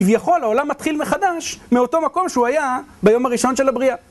כביכול העולם מתחיל מחדש מאותו מקום שהוא היה ביום הראשון של הבריאה.